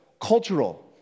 cultural